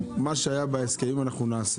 מה שהיה בהסכמים אנחנו נעשה.